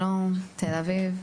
שלום, תל אביב.